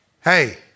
Hey